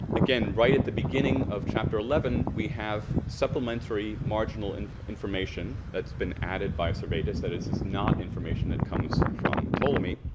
again right at the beginning of chapter eleven we have supplementary marginal and information that's been added by servetus that is is not information that comes from ptolemy,